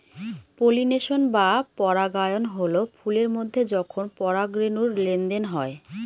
pollination বা পরাগায়ন হল ফুলের মধ্যে যখন পরাগরেনুর লেনদেন হয়